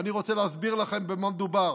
ואני רוצה להסביר לכם במה מדובר.